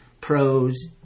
pros